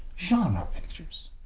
genre pictures.